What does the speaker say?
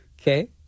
Okay